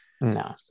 No